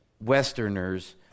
Westerners